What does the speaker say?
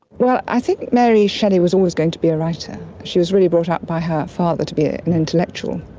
well, i think mary shelley was always going to be a writer. she was really brought up by her father to be an intellectual,